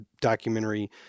documentary